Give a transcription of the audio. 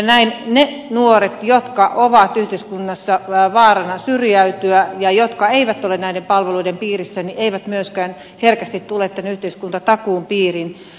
näin ne nuoret jotka ovat yhteiskunnassa vaarassa syrjäytyä ja jotka eivät ole näiden palveluiden piirissä eivät myöskään herkästi tule tänne yhteiskuntatakuun piiriin